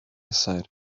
aside